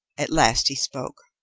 at last he spoke